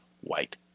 white